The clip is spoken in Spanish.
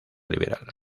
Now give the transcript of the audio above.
liberal